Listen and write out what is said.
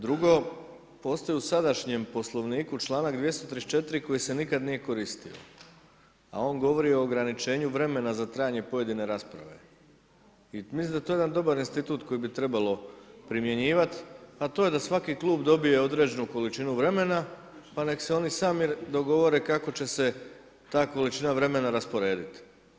Drugo, postoji u sadašnjem Poslovniku članak 234. koji se nikad nije koristio a on govori o ograničenju vremena za trajanje pojedine rasprave i mislim da je to jedan dobar institut koji bi trebalo primjenjivati a to je da svaki klub dobije određenu količinu vremena pa nek' se oni sami dogovore kako će se ta količina vremena rasporediti.